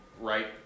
right